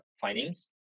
findings